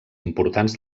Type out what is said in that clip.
importants